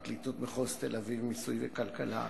פרקליטת מחוז תל-אביב, מיסוי וכלכלה,